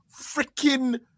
freaking